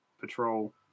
patrol